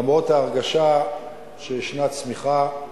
למרות ההרגשה שישנה צמיחה.